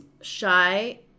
shy